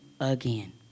again